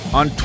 on